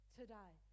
today